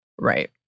Right